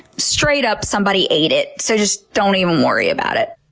straight up, somebody ate it. so just don't even worry about it.